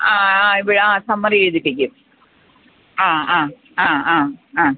ആ ആ അപ്പഴ് ആ സമ്മറി എഴുതിപ്പിക്കും ആ ആ ആ ആ ആ